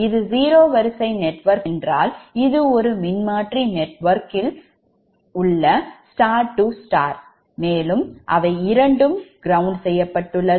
இது 0 வரிசை நெட்வொர்க் என்றால் இது ஒரு மின்மாற்றி நெட்வொர்க் அதில் star star மேலும் அவை இரண்டும் கிரவுண்ட் செய்யப்பட்டுள்ளது